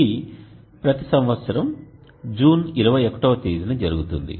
ఇది ప్రతి సంవత్సరం జూన్ 21వ తేదీన జరుగుతుంది